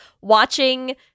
watching